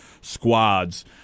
squads